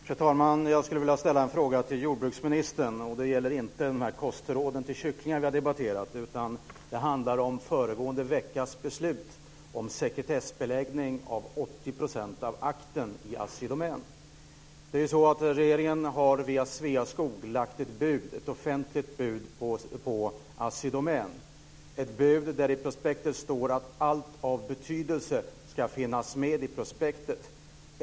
Fru talman! Jag skulle vilja ställa en fråga till jordbruksministern. Den gäller inte kostråden om fisk, som nyss har debatterats, utan föregående veckas beslut om sekretessbeläggning av 80 % av akten om Assi Domän. Regeringen har via Sveaskog lagt ett offentligt bud på Assi Domän. I budet står det att allt av betydelse ska finnas med i prospektet.